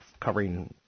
covering